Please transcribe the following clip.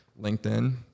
LinkedIn